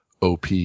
OP